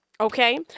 Okay